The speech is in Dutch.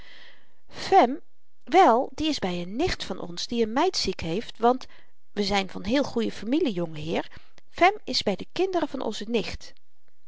fem wèl die is by n nicht van ons die n meid ziek heeft want we zyn van heel goeie familie jonge heer fem is by de kinderen van onze nicht